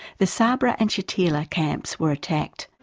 the sabra and shatila camps were attacked.